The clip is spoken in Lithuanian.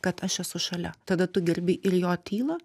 kad aš esu šalia tada tu gerbi ir jo tylą